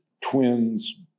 twins